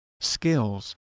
skills